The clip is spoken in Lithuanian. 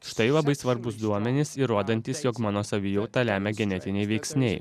štai labai svarbūs duomenys įrodantys jog mano savijautą lemia genetiniai veiksniai